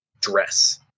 dress